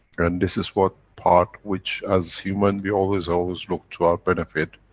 and this is what part, which as human we always, always look to our benefit.